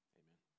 amen